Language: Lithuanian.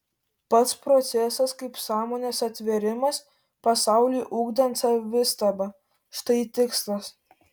pats procesas kaip sąmonės atvėrimas pasauliui ugdant savistabą štai tikslas